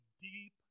deep